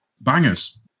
bangers